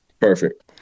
Perfect